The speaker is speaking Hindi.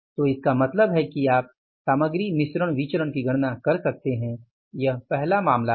तो इसका मतलब है कि आप सामग्री मिश्रण विचरण की गणना कर सकते हैं यह पहला मामला है